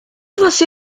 você